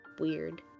weird